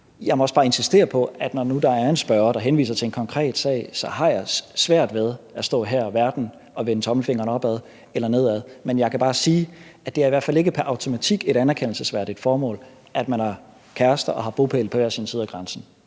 Jeg må også bare insistere på, at når nu, der er en spørger, der henviser til en konkret sag, så har jeg svært ved at stå her og vende tommelfingeren opad eller nedad, men jeg kan bare sige, at det i hvert fald ikke pr. automatik er et anerkendelsesværdigt formål, at man er kærester og har bopæl på hver sin side af grænsen.